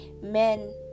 Men